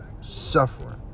suffering